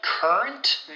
Current